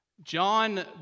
John